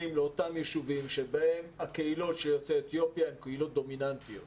ולאותם יישובים שבהם קהילות יוצאי אתיופיה הן קהילות דומיננטיות